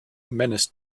menace